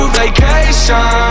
vacation